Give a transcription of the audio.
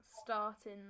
starting